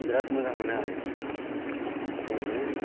बिराद मोजां मोनो आरो अनो